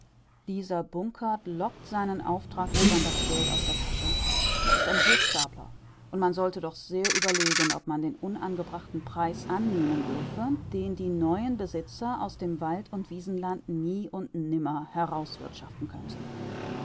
dieser bunkert lockt seinen auftraggebern das geld aus der tasche er ist ein hochstapler und man sollte doch sehr überlegen ob man den unangebrachten preis annehmen dürfe den die neuen besitzer aus dem wald und wiesenland nie und nimmer herauswirtschaften könnten